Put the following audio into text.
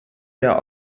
der